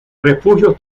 refugios